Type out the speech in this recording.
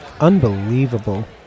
unbelievable